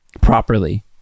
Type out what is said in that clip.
properly